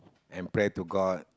and pray to god